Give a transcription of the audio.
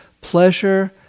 pleasure